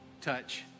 touch